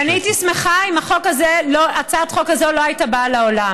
ואני הייתי שמחה אם הצעת החוק הזאת לא הייתה באה לעולם.